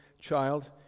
child